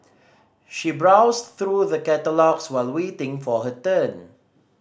she browsed through the catalogues while waiting for her turn